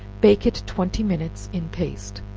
bake it twenty minutes in paste.